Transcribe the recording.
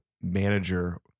manager